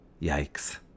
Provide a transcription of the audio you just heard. Yikes